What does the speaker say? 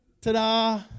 ta-da